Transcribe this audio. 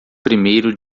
primeiro